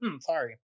Sorry